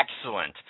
excellent